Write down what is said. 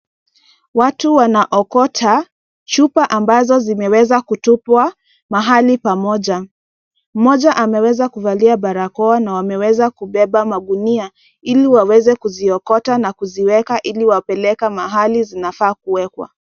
Watu wana okota chupa ambazo zime wezwa kutupwa mahali pamoja, mmoja ame weza kuvalia barakoa na wame weza kubeba magunia ili waweze kuzi okota na kuziweka ili kuwa peleka mahali zinafaa kuwekwa.